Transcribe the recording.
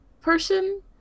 person